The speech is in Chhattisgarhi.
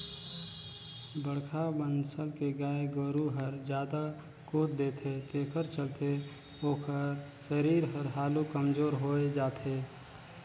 बड़खा बनसल के गाय गोरु हर जादा दूद देथे तेखर चलते ओखर सरीर हर हालु कमजोर होय जाथे